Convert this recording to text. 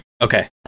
Okay